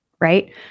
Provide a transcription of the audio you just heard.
right